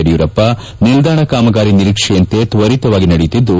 ಯಡಿಯೂರಪ್ಪ ನಿಲ್ದಾಣ ಕಾಮಗಾರಿ ನಿರೀಕ್ಷೆಯಂತೆ ತ್ವರಿತವಾಗಿ ನಡೆಯುತ್ತಿದ್ದು